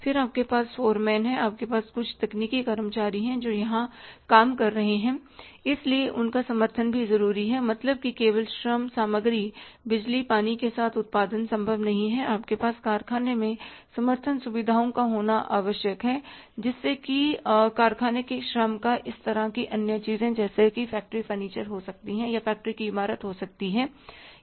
फिर आपके पास फोरमैन हैं आपके पास कुछ तकनीकी कर्मचारी हैं जो वहां काम कर रहे हैं इसलिए उनका समर्थन भी जरूरी है मतलब की केवल श्रम सामग्री बिजली पानी के साथ उत्पादन संभव नहीं है आपके पास कारखाने में समर्थन सुविधाओं का होना आवश्यक हैजिसमें की कारखाने के श्रम का इस तरह की अन्य चीजें जैसे फ़ैक्टरी फर्नीचर हो सकती हैं या फ़ैक्टरी की इमारत हो सकती है